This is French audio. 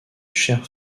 chair